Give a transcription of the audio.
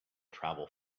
travel